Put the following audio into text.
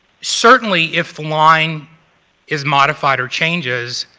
certainly if the line is modified or changes,